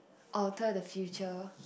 or tell the future